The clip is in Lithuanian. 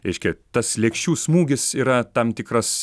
reiškia tas lėkščių smūgis yra tam tikras